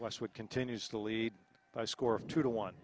westwood continues to lead by score of two to one